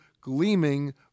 gleaming